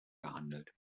gehandelt